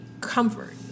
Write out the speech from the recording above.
comfort